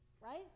Right